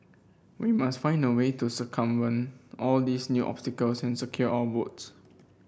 we must find a way to circumvent all these new obstacles and secure our votes